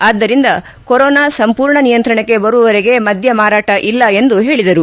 ಆದ್ದರಿಂದ ಕೊರೊನಾ ಸಂಪೂರ್ಣ ನಿಯಂತ್ರಣಕ್ಕೆ ಬರುವರೆಗೆ ಮದ್ದ ಮಾರಾಟ ಇಲ್ಲ ಎಂದು ಹೇಳಿದರು